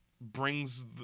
brings